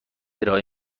ارائه